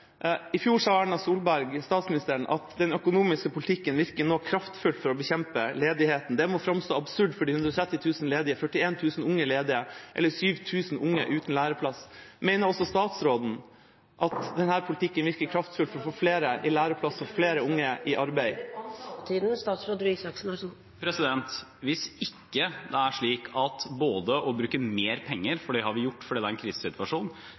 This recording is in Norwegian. I fjor sa statsminister Erna Solberg at den økonomiske politikken nå virker kraftfullt for å bekjempe ledigheten. Det må framstå absurd for de 130 000 ledige – 41 000 unge ledige, 7 000 unge uten læreplass. Mener også statsråden at denne politikken virker kraftfullt for å få flere læreplasser og flere unge i arbeid? Presidenten minner om taletiden. Hvis det ikke er slik at det å bruke mer penger – for det har vi gjort fordi det er en krisesituasjon